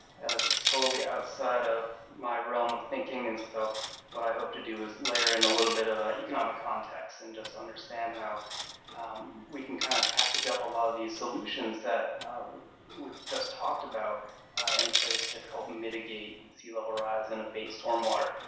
and is totally outside of my realm of thinking, and so what i hope to do is layer in and a little bit of a economic context and just understand how we can kind of package up a lot of these solutions that we just talked about in place to help mitigate and sea level rise and abate storm water.